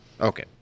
Okay